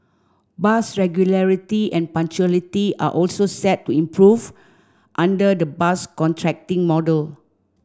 bus regularity and punctuality are also set to improve under the bus contracting model